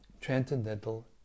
transcendental